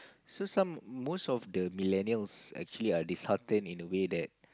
so some most of the millennials actually are disheartened in a way that